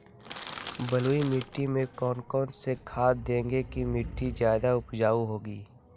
बलुई मिट्टी में कौन कौन से खाद देगें की मिट्टी ज्यादा उपजाऊ होगी?